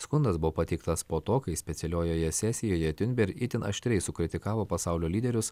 skundas buvo pateiktas po to kai specialiojoje sesijoje tiunber itin aštriai sukritikavo pasaulio lyderius